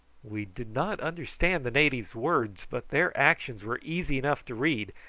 we did not understand the natives' words, but their actions were easy enough to read,